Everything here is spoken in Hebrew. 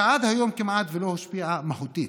שעד היום כמעט ולא השפיעה מהותית.